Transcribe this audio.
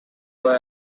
boy